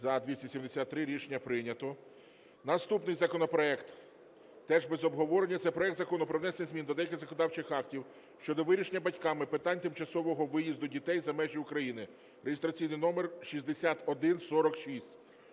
За-273 Рішення прийнято. Наступний законопроект теж без обговорення. Це проект Закону про внесення змін до деяких законодавчих актів щодо вирішення батьками питань тимчасового виїзду дітей за межі України (реєстраційний номер 6146).